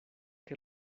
que